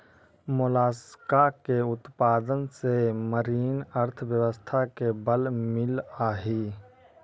Mollusca के उत्पादन से मरीन अर्थव्यवस्था के बल मिलऽ हई